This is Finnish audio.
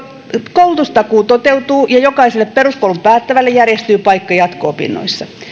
koulutustakuu toteutuu ja jokaiselle peruskoulun päättävälle järjestyy paikka jatko opinnoissa